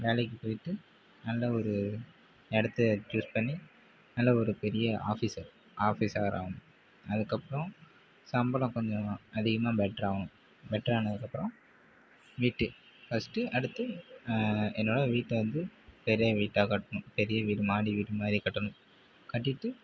வேலைக்குப் போயிட்டு நல்ல ஒரு இடத்த சூஸ் பண்ணி நல்ல ஒரு பெரிய ஆஃபீஸர் ஆஃபீஸர் ஆகணும் அதுக்கப்புறம் சம்பளம் கொஞ்சம் அதிகமாக பெட்டராகனு பெட்டர் ஆனதுக்கப்புறம் வீட்டு ஃபர்ஸ்ட்டு அடுத்து என்னோடய வீட்டை வந்து பெரிய வீடாக கட்டணு பெரிய வீடு மாடி வீடு மாதிரி கட்டணும் கட்டிவிட்டு